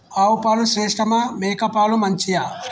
ఆవు పాలు శ్రేష్టమా మేక పాలు మంచియా?